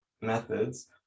methods